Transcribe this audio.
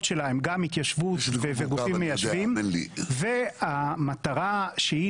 שלו הן גם התיישבות וגופים מיישבים והמטרה שהיא